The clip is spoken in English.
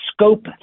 scope